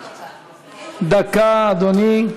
דקה, אדוני.